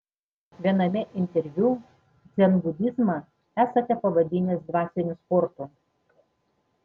viename interviu dzenbudizmą esate pavadinęs dvasiniu sportu